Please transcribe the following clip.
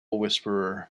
whisperer